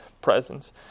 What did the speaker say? presence